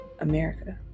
America